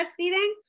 breastfeeding